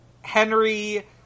Henry